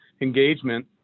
engagement